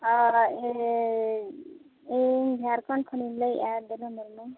ᱚᱻ ᱤᱧᱻ ᱤᱧ ᱡᱷᱟᱲᱠᱷᱚᱸᱰ ᱠᱷᱚᱱᱤᱧ ᱞᱟᱹᱭᱮᱫᱼᱟ ᱫᱤᱱᱩ ᱢᱩᱨᱢᱩ